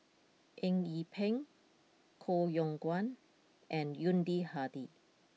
Eng Yee Peng Koh Yong Guan and Yuni Hadi